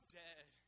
dead